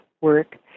work